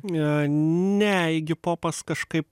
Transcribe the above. ne igi popas kažkaip